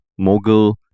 Mughal